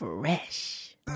fresh